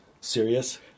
Serious